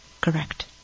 correct